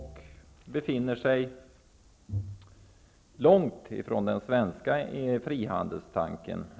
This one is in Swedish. EG befinner sig fortfarande långt ifrån den svenska frihandelstanken.